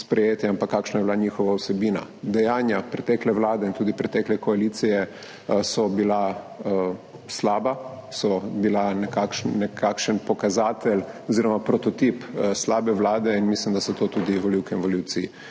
ampak kakšna je bila njihova vsebina. Dejanja pretekle vlade in tudi pretekle koalicije so bila slaba, bila so nekakšen pokazatelj oziroma prototip slabe vlade in mislim, da so to prepoznali tudi volivke